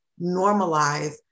normalize